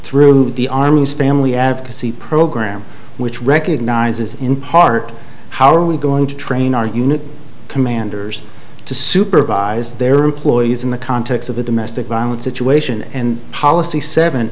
through the army's family advocacy program which recognizes in part how are we going to train our unit commanders to supervise their employees in the context of a domestic violence situation and policy seven